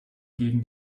gegen